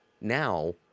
Now